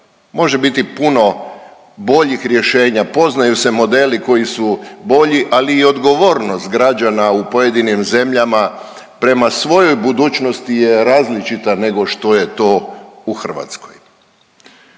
može biti puno boljih rješenja poznaju se modeli koji su bolji, ali i odgovornost građana u pojedinim zemljama prema svojoj budućnosti je različita nego što je to u Hrvatskoj.